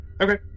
Okay